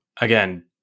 again